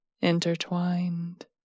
intertwined